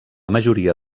majoria